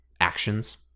actions